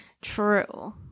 True